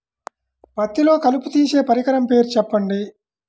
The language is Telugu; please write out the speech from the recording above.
పత్తిలో కలుపు తీసే పరికరము పేరు చెప్పండి